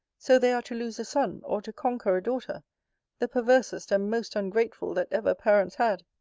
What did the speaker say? so they are to lose a son, or to conquer a daughter the perversest and most ungrateful that ever parents had